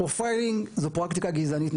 פרופיילינג זאת פרקטיקה גזענית.